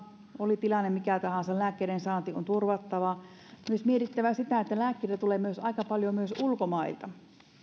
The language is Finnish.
oli tilanne mikä tahansa lääkkeiden saanti on turvattava on myös mietittävä sitä että lääkkeitä tulee aika paljon myös ulkomailta niin